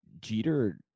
Jeter –